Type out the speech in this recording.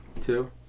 Two